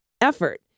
effort